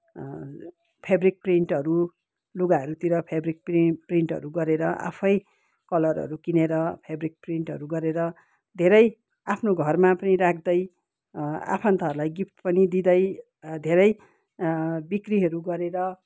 fabric प्रिन्टहरू लुगाहरूतिर fabric print प्रिन्टहरू गरेर आफै कलरहरू किनेर फेब्रिक प्रिन्टहरू गरेर धेरै आफ्नो घरमा पनि राख्दै आफन्तहरूलाई गिफ्ट पनि दिँदै धेरै बिक्रीहरू गरेर